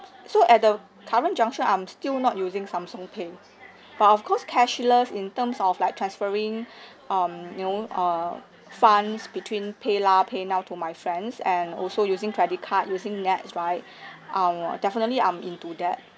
so at the current juncture I'm still not using samsung pay but of course cashless in terms of like transferring um you know err funds between paylah paynow to my friends and also using credit card using NETS right I'll definitely I'm into that